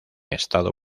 estado